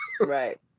Right